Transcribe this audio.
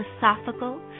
philosophical